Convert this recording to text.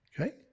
Okay